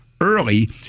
early